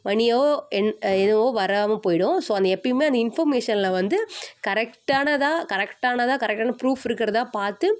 மனியோ என் எதுவோ வராமல் போயிடும் ஸோ அந்த எப்போயுமே இந்த இன்ஃபர்மேஷனில் வந்து கரெக்டானதாக கரெக்டானதாக கரெக்டான்னு ப்ரூஃப் இருக்கிறதா பார்த்து